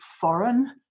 foreign